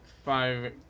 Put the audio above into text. five